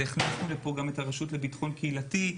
זה הכנסנו לפה את הרשות לביטחון קהילתי,